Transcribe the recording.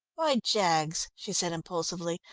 why, jaggs, she said impulsively,